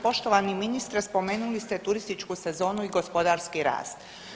Poštovani ministre, spomenuli ste turističku sezonu i gospodarski rast.